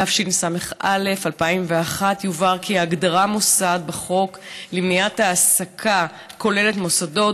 התשס"א 2001. יובהר כי ההגדרה בחוק למניעת העסקה כוללת מוסדות,